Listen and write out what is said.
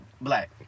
black